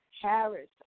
Harris